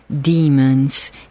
demons